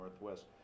Northwest